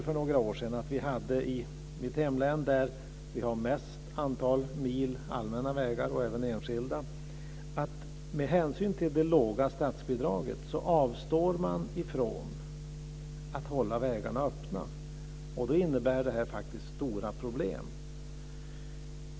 För några år sedan avstod man i mitt hemlän, som har det största antalet mil allmänna och även enskilda vägar, med anledning av det låga statsbidraget från att hålla vägarna öppna. Det innebär faktiskt stora problem.